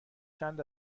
چند